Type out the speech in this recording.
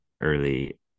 early